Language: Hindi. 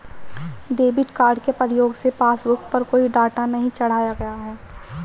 डेबिट कार्ड के प्रयोग से पासबुक पर कोई डाटा नहीं चढ़ाया गया है